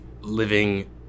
living